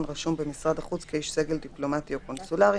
רשום במשרד החוץ כאיש סגל דיפלומטי או קונסולרי,